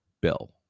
bill